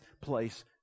place